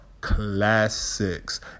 classics